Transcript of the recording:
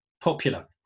popular